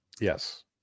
yes